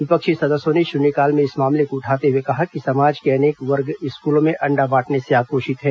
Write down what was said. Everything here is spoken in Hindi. विपक्षी सदस्यों ने शून्यकाल में इस मामले को उठाते हुए कहा कि समाज के अनेक वर्ग स्कूलों में अण्डा बांटने से आक्रोशित हैं